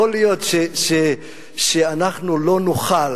יכול להיות שאנחנו לא נוכל,